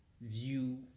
view